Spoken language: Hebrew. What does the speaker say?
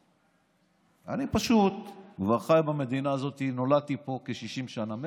אני פשוט חי במדינה הזאת, נולדתי פה, כ-60 שנה.